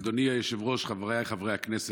אדוני היושב-ראש, חבריי חברי הכנסת,